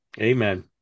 amen